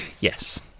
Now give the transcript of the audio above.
Yes